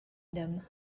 them